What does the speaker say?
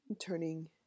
turning